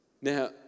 Now